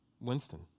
Winston